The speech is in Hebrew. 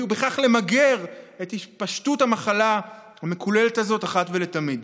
ובכך למגר את התפשטות המחלה המקוללת הזאת אחת ולתמיד.